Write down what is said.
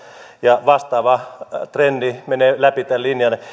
ja vastaava trendi menee läpi tämän linjan